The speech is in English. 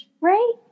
Right